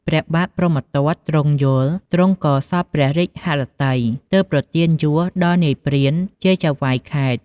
ព្រះបាទព្រហ្មទត្ត ទ្រង់យល់ ទ្រង់ក៏សព្វព្រះរាជហឫទ័យ ទើបប្រទានយសដល់នាយព្រានជាចៅហ្វាយខេត្ត។